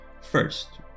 First